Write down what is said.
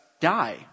die